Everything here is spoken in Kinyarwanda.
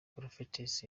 prophetess